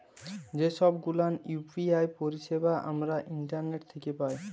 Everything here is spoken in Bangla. যে ছব গুলান ইউ.পি.আই পারিছেবা আমরা ইন্টারলেট থ্যাকে পায়